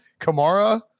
Kamara